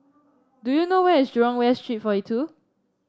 do you know where is Jurong West Street forty two